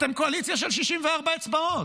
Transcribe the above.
אתם קואליציה של 64 אצבעות.